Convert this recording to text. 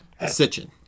Sitchin